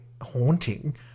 haunting